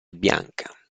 bianca